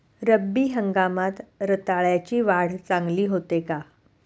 रब्बी हंगामात रताळ्याची वाढ चांगली होते का?